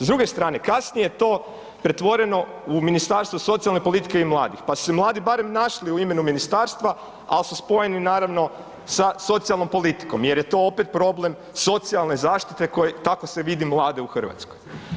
S druge strane, kasnije je to pretvoreno u Ministarstvo socijalne politike i mladih pa su se mladi barem našli u imenu ministarstva, ali su spojeni naravno sa socijalnom politikom jer je to opet problem socijalne zaštite, tako se vidi mlade u Hrvatskoj.